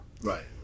Right